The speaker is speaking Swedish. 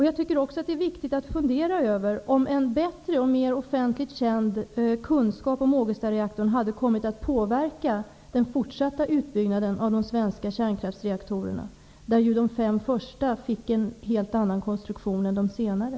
Jag tycker också att det är viktigt att fundera över om en bättre och mer offentligt känd kunskap om Ågestareaktorn hade kommit att påverka den fortsatta utbyggnaden av de svenska kärnkraftsreaktorerna. De fem första fick ju en helt annan konstruktion än de senare.